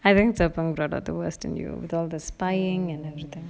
I think brought out the worst in you with all the spying and everything